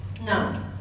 No